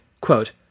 quote